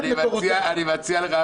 אני מציע לך,